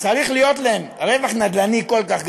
צריך להיות רווח נדל"ני כל כך גדול,